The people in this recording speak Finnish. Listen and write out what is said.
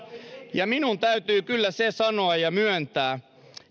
minun täytyy kyllä se sanoa ja myöntää